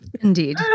Indeed